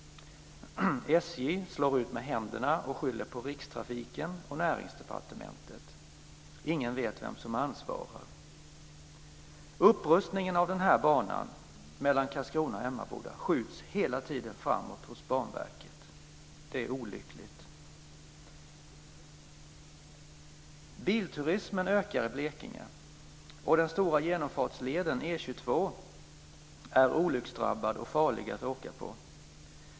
SJ slår ut med händerna och skyller på Rikstrafiken och Näringsdepartementet. Ingen vet vem som har ansvaret. Upprustningen av banan mellan Karlskrona och Emmaboda skjuts hela tiden framåt hos Banverket. Det är olyckligt. Bilturismen ökar i Blekinge och den stora genomfartsleden E 22 är olycksdrabbad och farlig att åka på.